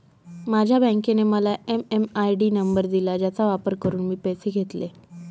माझ्या बँकेने मला एम.एम.आय.डी नंबर दिला ज्याचा वापर करून मी पैसे घेतले